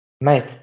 Mate